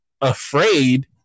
afraid